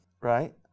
right